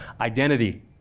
identity